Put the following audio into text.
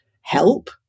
help